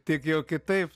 tik jau kitaip